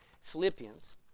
Philippians